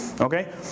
Okay